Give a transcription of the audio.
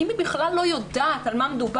אם היא בכלל לא יודעת על מה מדובר,